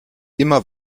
immer